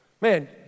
Man